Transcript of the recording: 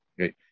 okay